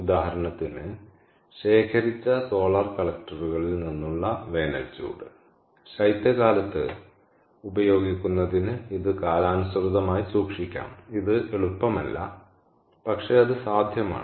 ഉദാഹരണത്തിന് ശേഖരിച്ച സോളാർ കളക്ടറുകളിൽ നിന്നുള്ള വേനൽ ചൂട് ശൈത്യകാലത്ത് ഉപയോഗിക്കുന്നതിന് ഇത് കാലാനുസൃതമായി സൂക്ഷിക്കാം ഇത് എളുപ്പമല്ല പക്ഷേ അത് സാധ്യമാണ്